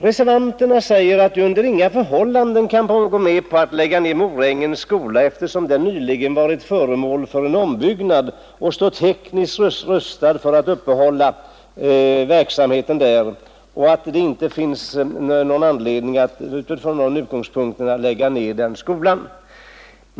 Reservanterna anför att de under inga förhållanden kan gå med på att lägga ned Morängens skola, eftersom den nyligen har varit föremål för en ombyggnad och är tekniskt väl rustad för sina uppgifter. Reservanterna anser därför inte att det finns någon anledning att lägga ned den skolan.